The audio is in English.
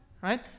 right